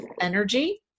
energy